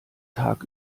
tag